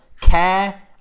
care